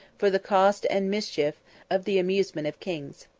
for the cost and mischief of the amusement of kings.